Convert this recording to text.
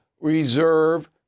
reserve